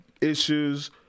issues